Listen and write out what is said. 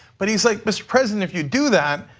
but he is like mister president, if you do that,